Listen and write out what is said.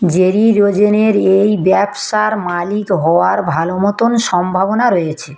Jerry রোজেনের এই ব্যবসার মালিক হওয়ার ভালো মতন সম্ভাবনা রয়েছে